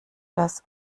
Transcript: das